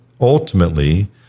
Ultimately